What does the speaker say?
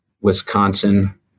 Wisconsin